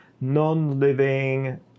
non-living